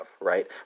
right